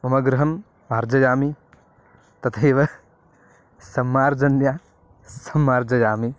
मम गृहं मार्जयामि तथैव सम्मार्जन्या सम्मार्जयामि